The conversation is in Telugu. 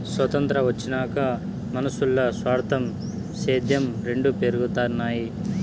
సొతంత్రం వచ్చినాక మనునుల్ల స్వార్థం, సేద్యం రెండు పెరగతన్నాయి